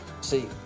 See